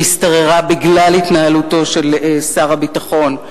שהשתררה בגלל התנהלותו של שר הביטחון,